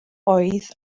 oedd